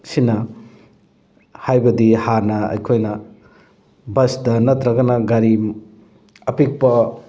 ꯁꯤꯅ ꯍꯥꯏꯕꯗꯤ ꯍꯥꯟꯅ ꯑꯩꯈꯣꯏꯅ ꯕꯁꯇ ꯅꯠꯇ꯭ꯔꯒꯅ ꯒꯥꯔꯤ ꯑꯄꯤꯛꯄ